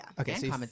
Okay